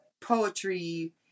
poetry